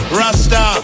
rasta